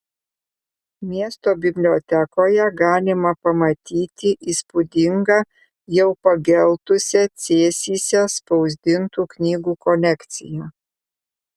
miesto bibliotekoje galima pamatyti įspūdingą jau pageltusią cėsyse spausdintų knygų kolekciją